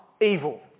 evil